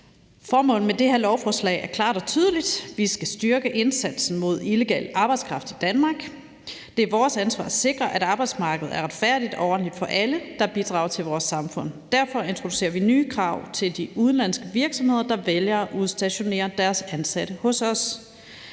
Formålet med det her lovforslag er klart og tydeligt: Vi skal styrke indsatsen mod illegal arbejdskraft i Danmark. Det er vores ansvar at sikre, at arbejdsmarkedet er retfærdigt og ordentligt for alle, der bidrager til vores samfund, og derfor introducerer vi nye krav til de udenlandske virksomheder, der vælger at udstationere deres ansatte hos os.